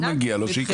אז אם מגיע לו שיקבל.